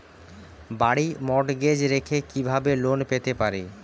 বাড়ি মর্টগেজ রেখে কিভাবে লোন পেতে পারি?